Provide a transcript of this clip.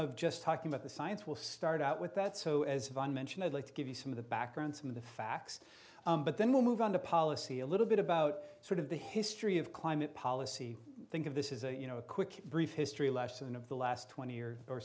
of just talking about the science will start out with that so as van mentioned i'd like to give you some of the background some of the facts but then we'll move on to policy a little bit about sort of the history of climate policy think of this is you know a quick brief history lesson of the last twenty years or